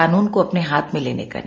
कानून को अपने हाथ में लेने का नहीं